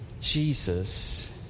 Jesus